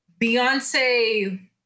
Beyonce